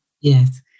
Yes